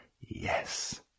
Yes